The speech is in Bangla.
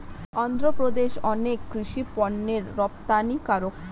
অন্ধ্রপ্রদেশ অনেক কৃষি পণ্যের রপ্তানিকারক